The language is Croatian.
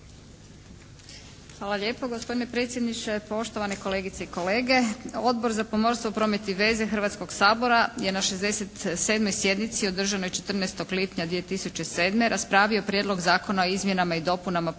Hvala lijepo. Gospodine predsjedniče, poštovane kolegice i kolege. Odbor za pomorstvo, promet i veze Hrvatskoga sabora je na 67. sjednici održanoj 14. lipnja 2007. raspravio Prijedlog zakona o izmjenama i dopunama Pomorskog